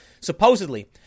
supposedly